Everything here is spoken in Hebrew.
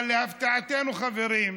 אבל להפתעתנו, חברים,